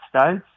States